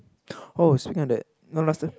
oh speaking of that know last time